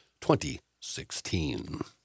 2016